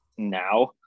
now